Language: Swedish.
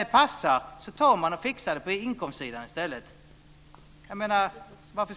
När det passar fixar man det på inkomstsidan i stället.